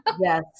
Yes